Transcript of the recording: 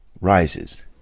Rises